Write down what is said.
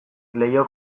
leiho